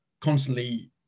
constantly